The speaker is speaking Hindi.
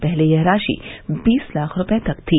पहले यह राशि बीस लाख रुपये तक थी